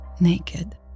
naked